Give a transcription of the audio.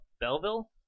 Belleville